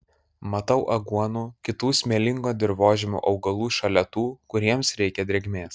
matau aguonų kitų smėlingo dirvožemio augalų šalia tų kuriems reikia drėgmės